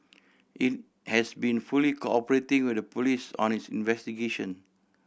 it has been fully cooperating with the police on its investigation